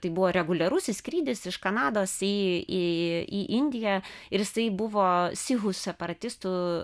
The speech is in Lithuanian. tai buvo reguliarusis skrydis iš kanados į į į indiją ir jisai buvo sihų separatistų